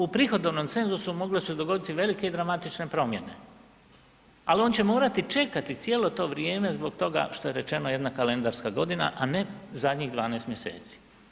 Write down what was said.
U prihodovnom cenzusu mogle su se dogoditi velike i dramatične promjene ali on će morati čekati cijelo to vrijeme zbog toga što je rečeno jedna kalendarska godina a ne zadnjih 12 mjeseci.